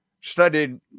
studied